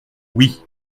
oui